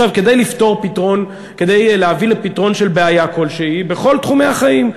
כדי להביא לפתרון של בעיה כלשהי בכל תחומי החיים,